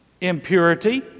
impurity